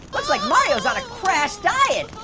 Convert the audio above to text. looks like mario's on a crash diet.